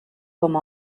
com